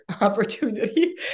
opportunity